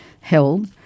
held